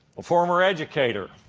former educator.